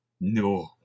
No